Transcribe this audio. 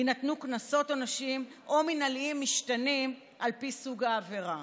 יינתנו קנסות עונשיים או מינהליים משתנים על פי סוג העבירה.